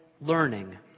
learning